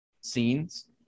scenes